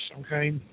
okay